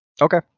Okay